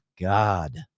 God